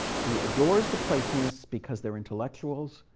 he adores the platonists because they're intellectuals.